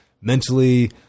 mentally